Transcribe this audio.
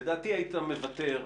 לדעתי היית מוותר,